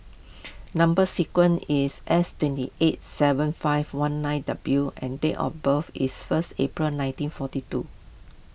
Number Sequence is S twenty eight seven five one nine W and date of birth is first April nineteen forty two